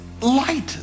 light